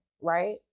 right